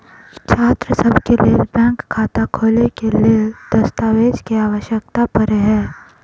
छात्रसभ केँ लेल बैंक खाता खोले केँ लेल केँ दस्तावेज केँ आवश्यकता पड़े हय?